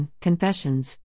Confessions